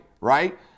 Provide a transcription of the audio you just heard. right